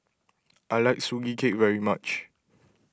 I like Sugee Cake very much